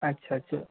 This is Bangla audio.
আচ্ছা আচ্ছা